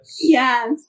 Yes